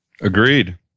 Agreed